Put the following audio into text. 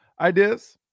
ideas